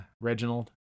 Reginald